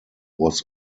was